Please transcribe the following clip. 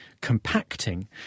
compacting